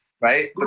Right